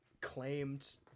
claimed